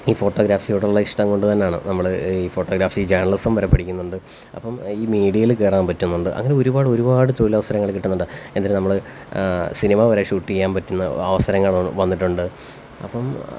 ഈ ഫോട്ടോഗ്രാഫിയോടുള്ള ഇഷ്ടം കൊണ്ടുതന്നെയാണ് നമ്മള് ഫോട്ടോഗ്രാഫി ജേണലിസം വരെ പഠിക്കുന്നുണ്ട് അപ്പം ഈ മീഡിയയിൽ കയറാൻ പറ്റുന്നുണ്ട് അങ്ങനെ ഒരുപാടൊരുപാട് തൊഴിലവസരങ്ങള് കിട്ടുന്നുണ്ട് എന്തിന് നമ്മള് സിനിമവരെ ഷൂട്ട് ചെയ്യാന് പറ്റുന്ന അവസരങ്ങള് വന്നിട്ടുണ്ട് അപ്പം